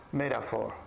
metaphor